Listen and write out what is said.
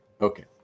Okay